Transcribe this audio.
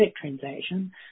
transaction